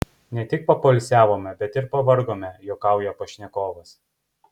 ne tik papoilsiavome bet ir pavargome juokauja pašnekovas